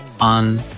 on